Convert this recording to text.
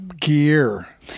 gear